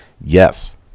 Yes